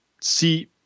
see